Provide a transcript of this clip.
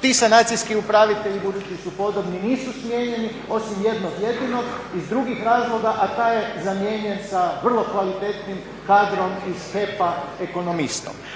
ti sanacijski upravitelji budući su podobni nisu smijenjeni osim jednog jedinog iz drugih razloga a taj je zamijenjen sa vrlo kvalitetnim kadrom iz …/Govornik